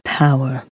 power